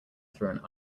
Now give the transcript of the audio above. through